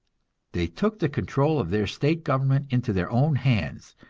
they took the control of their state government into their own hands,